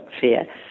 Fear